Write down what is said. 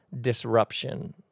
disruption